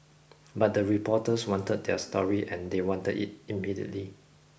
but the reporters wanted their story and they wanted it immediately